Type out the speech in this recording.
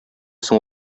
соң